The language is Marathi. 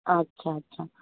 अच्छा अच्छा